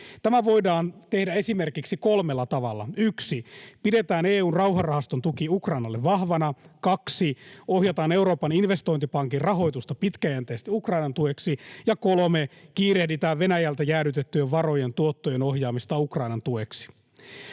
Tämä voidaan tehdä esimerkiksi kolmella tavalla: 1) pidetään EU:n rauhanrahaston tuki Ukrainalle vahvana, 2) ohjataan Euroopan investointipankin rahoitusta pitkäjänteisesti Ukrainan tueksi ja 3) kiirehditään Venäjältä jäädytettyjen varojen tuottojen ohjaamista Ukrainan tueksi.